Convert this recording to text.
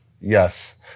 Yes